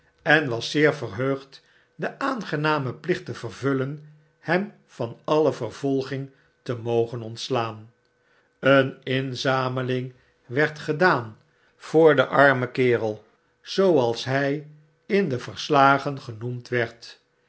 en was zeer verheugd de aangename plicht te vervullen hem van alle vervolging te mogen ontslaan een inzameling werd gedaan voor den armen kerel zooals hij in de verslagen genoemd werd